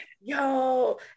Yo